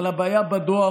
אבל הבעיה בדואר,